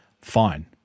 Fine